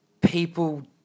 people